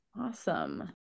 Awesome